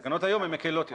התקנות היום הן מקלות יותר.